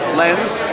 lens